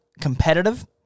competitive